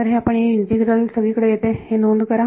तर आपण हे इंटिग्रल सगळीकडे येते हे नोंद करा